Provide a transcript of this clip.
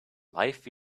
life